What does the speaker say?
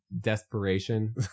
Desperation